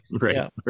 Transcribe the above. right